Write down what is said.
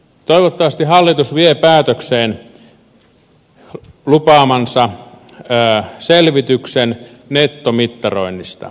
toivottavasti hallitus vie päätökseen lupaamansa selvityksen nettomittaroinnista